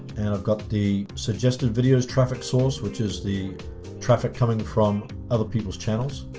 and i've got the suggested videos traffic source, which is the traffic coming from other people's channels,